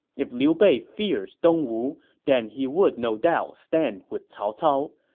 if liu bei fears dongwu, then he would no doubt stand with cao cao.